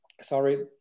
Sorry